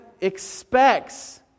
expects